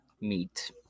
meet